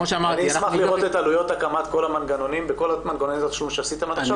אני אשמח לראות את עלויות הקמת כל מנגנוני התשלום שעשיתם עכשיו.